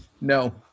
No